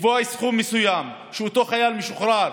לקבוע סכום מסוים כדי שאותו חייל משוחרר,